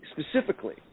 specifically